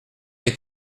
est